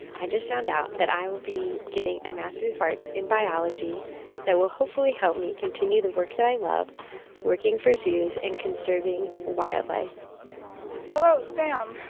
i just found out that i will be getting a master of arts in biology that will hopefully help me continue the work that i love working for zoos and conserving wildlife hello, sam.